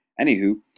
Anywho